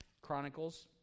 Chronicles